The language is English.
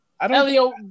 Elio